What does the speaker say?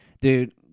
dude